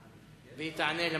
והיא תענה למציעים.